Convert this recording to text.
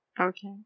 Okay